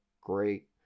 great